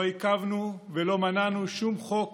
לא עיכבנו ולא מנענו שום חוק,